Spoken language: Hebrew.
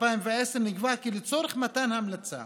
2010 נקבע כי לצורך מתן המלצה